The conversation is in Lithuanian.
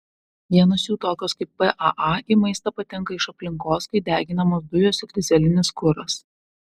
vienos jų tokios kaip paa į maistą patenka iš aplinkos kai deginamos dujos ir dyzelinis kuras